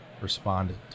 responded